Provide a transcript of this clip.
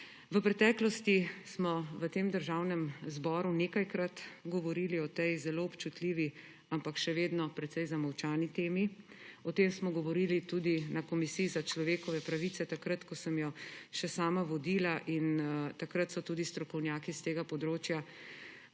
V preteklosti smo v Državnem zboru nekajkrat govorili o tej zelo občutljivi, ampak še vedno precej zamolčani temi. O tem smo govorili tudi na komisiji za človekove pravice, takrat ko sem jo še sama vodila, in takrat so tudi strokovnjaki s tega področja,